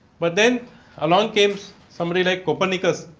but, then along cames somebody like copernicus.